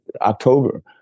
October